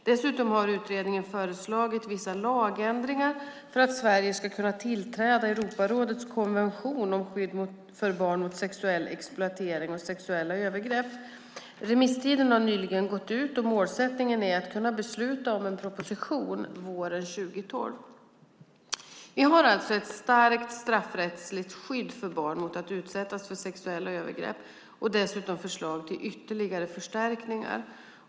Dessutom har utredningen föreslagit vissa lagändringar för att Sverige ska kunna tillträda Europarådets konvention om skydd för barn mot sexuell exploatering och sexuella övergrepp. Remisstiden har nyligen gått ut, och målsättningen är att kunna besluta om en proposition våren 2012. Vi har alltså ett starkt straffrättsligt skydd för barn mot att utsättas för sexuella övergrepp och dessutom förslag till ytterligare förstärkningar.